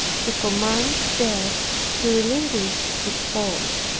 to command death to relinquish its hold.